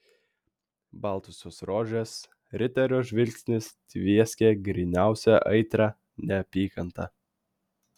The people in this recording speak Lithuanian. baltosios rožės riterio žvilgsnis tvieskė gryniausia aitria neapykanta